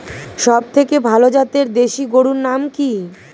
সবথেকে ভালো জাতের দেশি গরুর নাম কি?